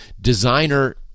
designer